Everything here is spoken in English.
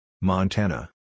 Montana